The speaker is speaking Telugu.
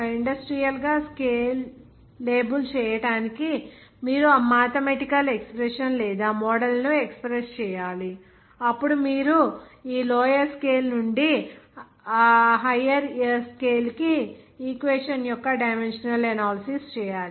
ఇండస్ట్రియల్ గా స్కేల్ లేబుల్ చేయడానికి మీరు ఆ మ్యాథమెటికల్ ఎక్స్ప్రెషన్ లేదా మోడల్ ను ఎక్ష్ప్రెస్స్ చేయాలి అప్పుడు మీరు ఈ లోయర్ స్కేల్ నుండి అక్కడ హయ్యర్ స్కేల్ కి ఈక్వేషన్ యొక్క డైమెన్షనల్ అనాలసిస్ చేయాలి